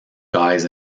guys